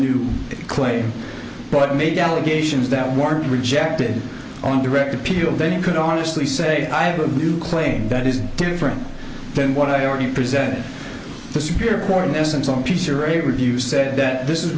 new claim but made allegations that were rejected on direct appeal they could honestly say i have a new claim that is different than what i already present to superior court in essence on peace or a review said that this is